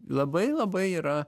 labai labai yra